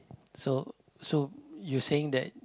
so so you saying that